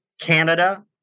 Canada